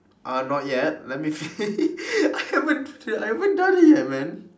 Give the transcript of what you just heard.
uh not yet let me fi~ I haven't I haven't done yet man